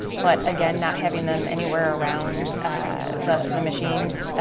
but again, not having them anywhere around the the machines,